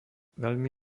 veľmi